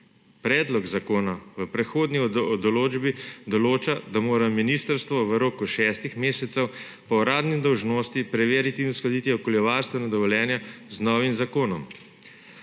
Predlog zakona v prehodni določbi določa, da mora ministrstvo v roku šestih mesecev po uradni dolžnosti preveriti in uskladiti okoljevarstveno dovoljenje z novim zakonom,